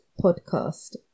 podcast